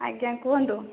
ଆଜ୍ଞା କୁହନ୍ତୁ